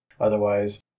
Otherwise